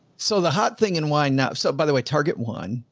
so the hot thing and why now? so by the way, target one,